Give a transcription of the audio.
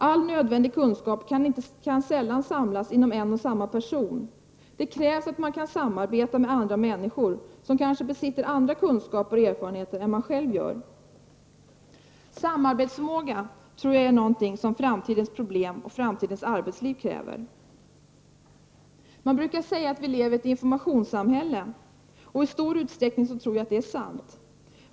All nödvändig kunskap kan sällan samlas inom en och samma person. Det krävs att man kan samarbeta med andra människor, som kanske besitter andra kunskaper och erfarenheter än man själv gör. Samarbetsförmåga tror jag är något som framtidens problem och framtidens arbetsliv kräver. Man brukar säga att vi lever i ett informationssamhälle. I stor utsträckning tror jag att det är sant.